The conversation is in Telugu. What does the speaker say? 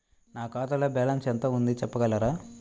నా ఖాతాలో బ్యాలన్స్ ఎంత ఉంది చెప్పగలరా?